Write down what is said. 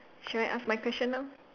should I ask my question now